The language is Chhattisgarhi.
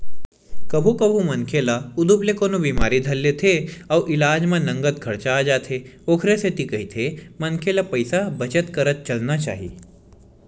कभू कभू मनखे ल उदुप ले कोनो बिमारी धर लेथे अउ इलाज म नँगत खरचा आ जाथे ओखरे सेती कहिथे मनखे ल पइसा बचत करत चलना चाही